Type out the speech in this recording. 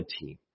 team